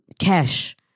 cash